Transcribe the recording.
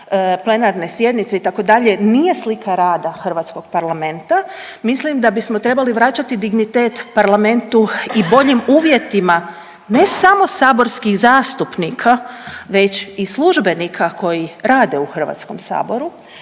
plenarne sjednice, itd., nije slika rada hrvatskog parlamenta, mislim da bismo trebali vraćati dignitet parlamentu i boljim uvjetima, ne samo saborskih zastupnika, već i službenika koji rade u HS-u.